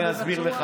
אני אענה לך,